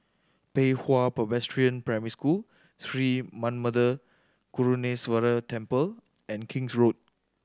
Pei Hwa Presbyterian Primary School Sri Manmatha Karuneshvarar Temple and King's Road